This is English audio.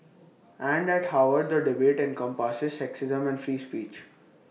and at Harvard the debate encompasses sexism and free speech